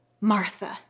Martha